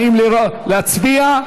להצביע?